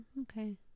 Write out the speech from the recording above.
Okay